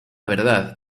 verdad